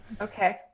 okay